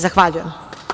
Zahvaljujem.